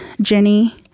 Jenny